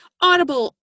audible